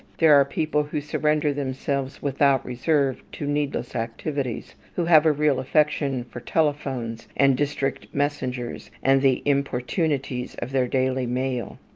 there are people who surrender themselves without reserve to needless activities, who have a real affection for telephones, and district messengers, and the importunities of their daily mail.